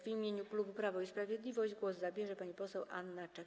W imieniu klubu Prawo i Sprawiedliwość głos zabierze pani poseł Anna Czech.